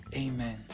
Amen